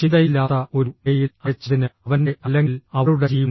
ചിന്തയില്ലാത്ത ഒരു മെയിൽ അയച്ചതിന് അവന്റെ അല്ലെങ്കിൽ അവളുടെ ജീവൻ